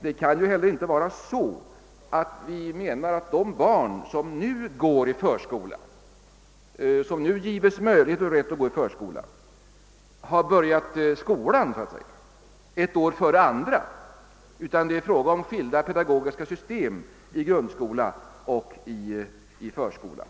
Inte heller kan man säga att de barn som nu ges möjlighet och rätt att gå i förskolan har börjat sin skolgång ett år före alla andra. Det är fråga om helt skilda pedagogiska system i grundskola och förskola.